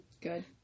Good